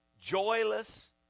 joyless